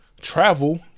travel